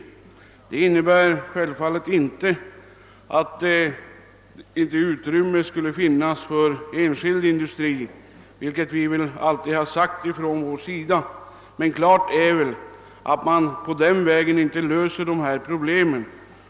Det innebär självfallet inte att det inte skulle finnas utrymme för enskild industri, och detta har vi också alltid understrukit på vårt håll. Klart är emellertid att man på denna väg inte kan lösa problemen.